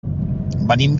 venim